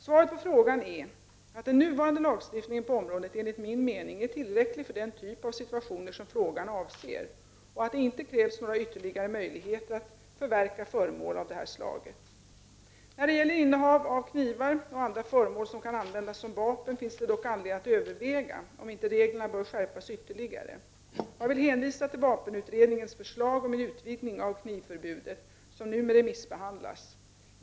Svaret på frågan är att den nuvarande lagstiftningen på området enligt min mening är tillräcklig för den typ av situationer som frågan avser och att det inte krävs några ytterligare möjligheter att förverka föremål av detta slag. När det gäller innehav av knivar och andra föremål som kan användas som vapen finns det dock anledning att överväga om inte reglerna bör skärpas ytterligare. Jag vill hänvisa till vapenutredningens förslag om en utvidgning av knivförbudet, som nu remissbehandlas.